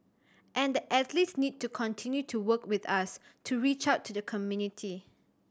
and the athletes need to continue to work with us to reach out to the community